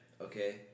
Okay